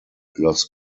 los